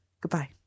Goodbye